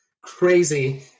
crazy